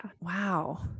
Wow